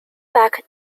back